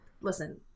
Listen